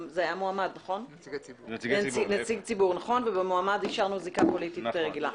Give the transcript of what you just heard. נציג הציבור ובמועמד השארנו זיקה פוליטית רגילה.